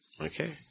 Okay